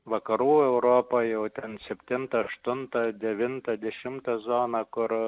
vakarų europa jau ten septinta aštunta devinta dešimta zona kur